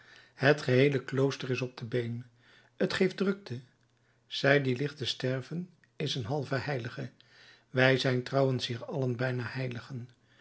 het geheele klooster is op de been t geeft drukte zij die ligt te sterven is een halve heilige wij zijn trouwens hier allen bijna heiligen